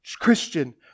Christian